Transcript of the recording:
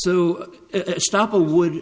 so stop a would